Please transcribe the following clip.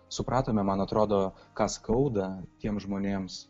supratome man atrodo ką skauda tiems žmonėms